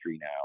now